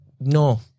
No